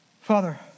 Father